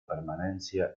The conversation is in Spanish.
permanencia